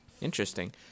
Interesting